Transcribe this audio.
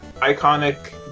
iconic